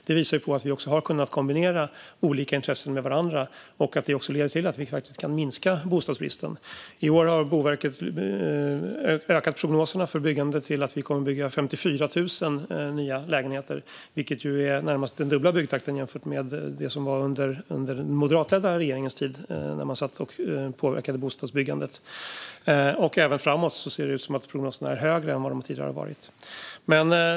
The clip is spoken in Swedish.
Det visar att vi har kunnat kombinera olika intressen med varandra och att detta leder till att vi kan minska bostadsbristen. I år har Boverket höjt prognoserna - vi kommer att bygga 54 000 lägenheter, vilket är närmast den dubbla byggtakten jämfört med hur det var när Moderaterna ledde regeringen och påverkade bostadsbyggandet. Även framåt ser prognoserna ut att vara högre än tidigare.